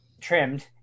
trimmed